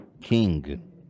king